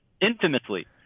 infamously